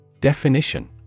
Definition